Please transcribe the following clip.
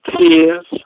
tears